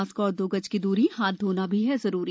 mask और दो गज की दूरी हाथ धोना भी है जरुरी